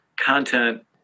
content